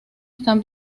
están